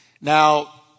Now